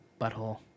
butthole